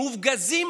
מופגזים,